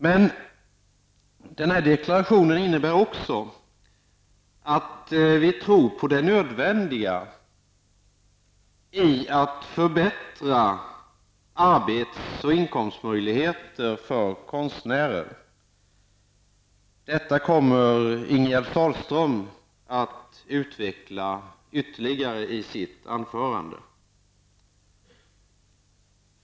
Denna socialdemokratins deklaration innebär också att vi tror på det nödvändiga i att förbättra arbets och inkomstmöjligheterna för konstnärer. Detta kommer Ingegerd Sahlström att utveckla ytterligare i sitt anförande.